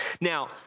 Now